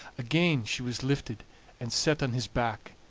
again she was lifted and set on his back,